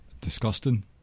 disgusting